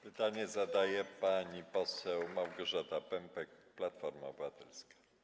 Pytanie zadaje pani poseł Małgorzata Pępek, Platforma Obywatelska.